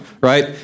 right